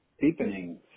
deepening